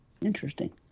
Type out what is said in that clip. Interesting